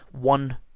one